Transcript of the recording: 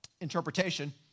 interpretation